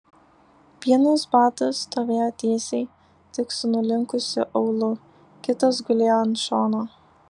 vienas batas stovėjo tiesiai tik su nulinkusiu aulu kitas gulėjo ant šono